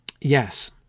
Yes